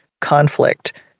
conflict